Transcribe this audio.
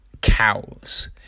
cows